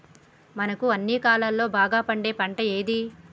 మనకు అన్ని కాలాల్లో బాగా పండే పంట ఏది?